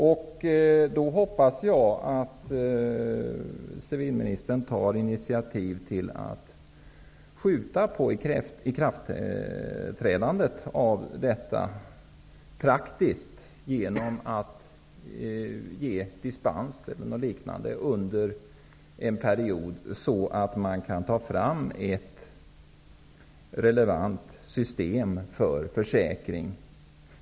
Därför hoppas jag att civilministern tar initiativ till att praktiskt skjuta upp ikraftträdandet av lagen genom att ge dispens eller liknande under en period, så att man kan få fram ett relevant system för försäkring.